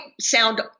sound